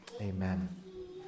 amen